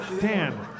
Dan